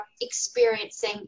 experiencing